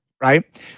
right